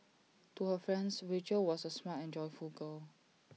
to her friends Rachel was A smart and joyful girl